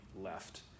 left